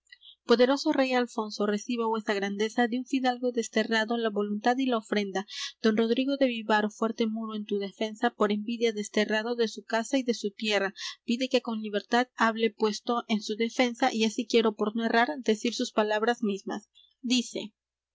poderoso rey alfonso reciba vuesa grandeza de un fidalgo desterrado la voluntad y la ofrenda don rodrigo de vivar fuerte muro en tu defensa por envidia desterrado de su casa y de su tierra pide que con libertad hable puesto en su defensa y así quiero por no errar decir sus palabras mesmas dice